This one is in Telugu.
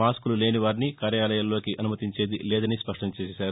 మాస్కులు లేని వారిని కార్యాలయాల్లోకి అనుమతించేది లేదని స్పష్టం చేశారు